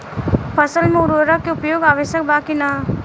फसल में उर्वरक के उपयोग आवश्यक बा कि न?